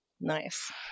Nice